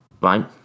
right